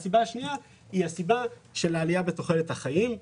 הסיבה השנייה היא הסיבה של העלייה בתוחלת החיים.